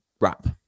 wrap